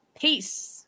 peace